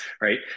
right